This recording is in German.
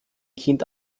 kind